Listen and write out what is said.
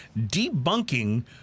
debunking